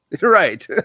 Right